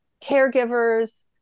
caregivers